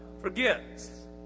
Forgets